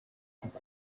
kuko